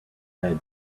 bed